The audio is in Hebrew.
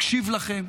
נקשיב לכם,